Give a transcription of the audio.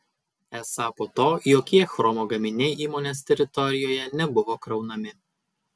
esą po to jokie chromo gaminiai įmonės teritorijoje nebuvo kraunami